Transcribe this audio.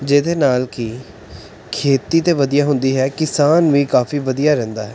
ਜਿਹਦੇ ਨਾਲ ਕਿ ਖੇਤੀ ਤਾਂ ਵਧੀਆ ਹੁੰਦੀ ਹੈ ਕਿਸਾਨ ਵੀ ਕਾਫ਼ੀ ਵਧੀਆ ਰਹਿੰਦਾ ਹੈ